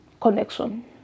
connection